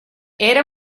era